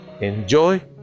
Enjoy